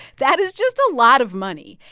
that is just a lot of money.